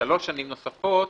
בשלוש שנים נוספות